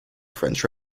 french